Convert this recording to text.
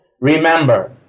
Remember